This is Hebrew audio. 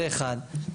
זה אחת.